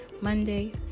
Monday